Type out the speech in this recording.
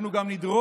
אנחנו גם נדרוש